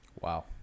Wow